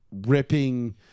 ripping